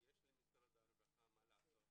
למשרד הרווחה מה לעשות